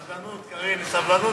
סבלנות, קארין, סבלנות.